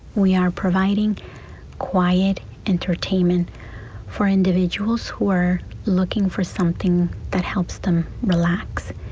we are providing quiet entertainment for individuals who are looking for something that helps them relax.